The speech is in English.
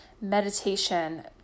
meditation